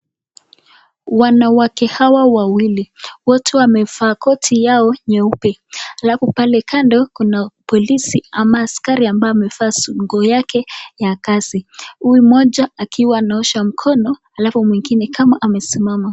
Wanawake hawa wawili, wote wamevaa koti yao nyeupe. Alafu pale kando kuna polisi ama askari ambaye amevaa nguo yake ya kazi. Huyu mmoja akiwa anaosha mkono, alafu mwingine kama amesimama.